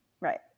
Right